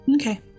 Okay